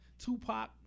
Tupac